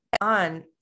on